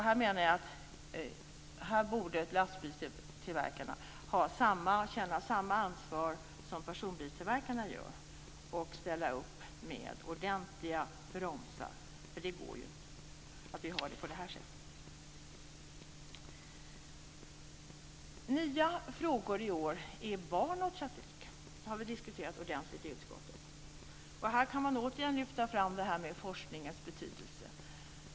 Jag menar att lastbilstillverkarna borde känna samma ansvar som personbilstillverkarna gör och ställa upp med ordentliga bromsar. Det går ju inte att ha det på det här sättet. Nya frågor i år gäller barn och trafik. Det har vi diskuterat ordentligt i utskottet. Man kan återigen lyfta fram det här med forskningens betydelse.